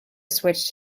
switched